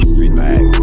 relax